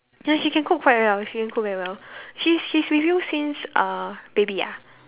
ya she can cook quite well she can cook very well she's she's with you since uh baby ah